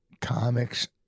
comics